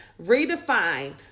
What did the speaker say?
Redefine